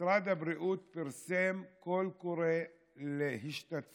משרד הבריאות פרסם קול קורא להשתתפות